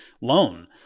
loan